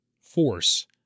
force